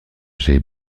j’ai